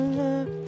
love